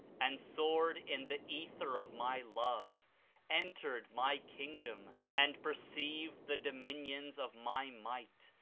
and soared in the ether of my love entered my kingdom and perceived the dominions of my might,